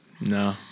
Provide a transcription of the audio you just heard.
No